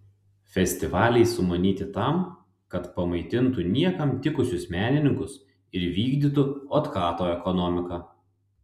festivaliai sumanyti tam kad pamaitintų niekam tikusius menininkus ir vykdytų otkato ekonomiką